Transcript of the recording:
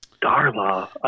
Darla